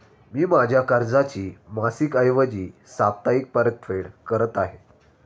मी माझ्या कर्जाची मासिक ऐवजी साप्ताहिक परतफेड करत आहे